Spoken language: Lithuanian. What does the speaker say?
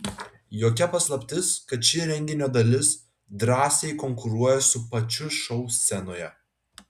jokia paslaptis kad ši renginio dalis drąsiai konkuruoja su pačiu šou scenoje